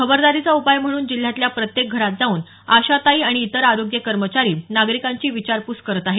खबरदारीचा उपाय म्हणून जिल्ह्यातल्या प्रत्येक घरात जाऊन आशाताई आणि इतर आरोग्य कर्मचारी नागरिकांची विचारपूस करत आहेत